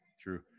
true